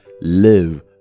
live